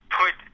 put